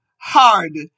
hard